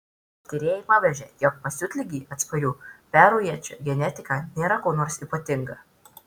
tyrėjai pabrėžia jog pasiutligei atsparių perujiečių genetika nėra kuo nors ypatinga